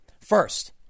First